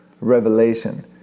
revelation